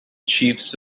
chiefs